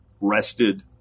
rested